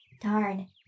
Darn